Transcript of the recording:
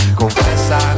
confessa